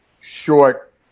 short